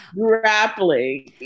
grappling